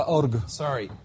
Sorry